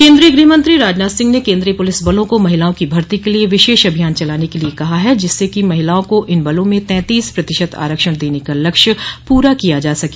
केन्द्रीय गृहमंत्री राजनाथ सिंह ने केन्द्रीय पुलिस बलों को महिलाओं की भर्ती के लिए विशेष अभियान चलाने के लिए कहा है जिससे कि महिलाओं को इन बलों में तैंतीस प्रतिशत आरक्षण देने का लक्ष्य पूरा किया जा सके